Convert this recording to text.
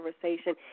conversation